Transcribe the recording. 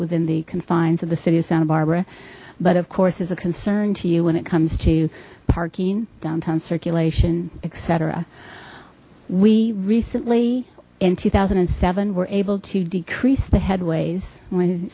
within the confines of the city of santa barbara but of course is a concern to you when it comes to parking downtown circulation etc we recently in two thousand and seven were able to decrease the headways when